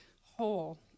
whole